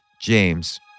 James